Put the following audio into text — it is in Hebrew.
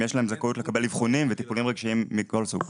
אם יש להם זכאות לקבל אבחונים וטיפולים רגשיים מכל סוג.